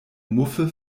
muffe